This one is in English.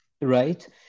right